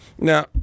now